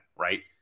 right